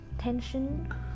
tension